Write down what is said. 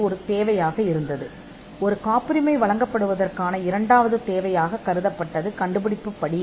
ஏதேனும் ஒரு காப்புரிமை வழங்கப்படுவதற்கான காப்புரிமையின் இரண்டாவது தேவை என்று நீங்கள் கூறக்கூடிய கண்டுபிடிப்பு படி தேவை